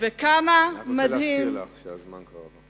אני רוצה להזכיר לך שהזמן כבר תם.